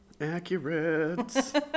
Accurate